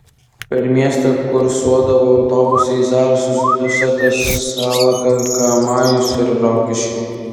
per miestą kursuodavo autobusai į zarasus dusetas salaką kamajus ir rokiškį